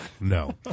No